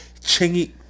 Chingy